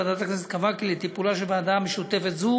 ועדת הכנסת קבעה כי לטיפולה של ועדה משותפת זו